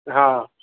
हा